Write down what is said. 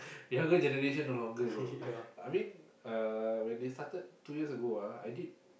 the younger generation no longer bro I mean uh when they started two years ago ah I did